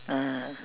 (uh huh)